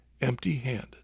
empty-handed